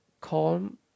calm